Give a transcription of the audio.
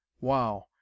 wow